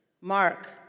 mark